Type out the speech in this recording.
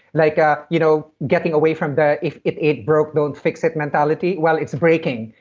like ah you know getting away from that if it ain't broke don't fix it mentality while it's breaking.